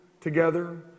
together